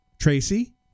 Tracy